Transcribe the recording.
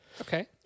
Okay